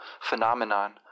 phenomenon